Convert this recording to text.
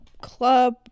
club